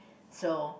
so